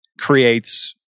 creates